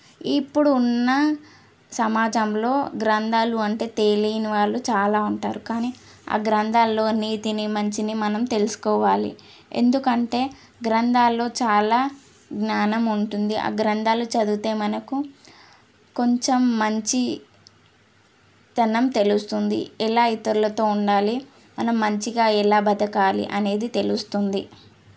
ఇప్పుడు ఉన్న సమాజంలో గ్రంధాలు అంటే తెలియని వాళ్ళు చాలా ఉంటారు కానీ ఆ గ్రంధాల్లో నీతిని మంచిని మనం తెలుసుకోవాలి ఎందుకంటే గ్రంధాల్లో చాలా జ్ఞానం ఉంటుంది ఆ గ్రంధాలు చదివితే మనకు కొంచెం మంచితనం తెలుస్తుంది ఎలా ఇతరులతో ఉండాలి మనం మంచిగా ఎలా బ్రతకాలి అనేది తెలుస్తుంది